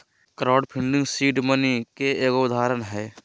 crowd funding seed money के एगो उदाहरण हय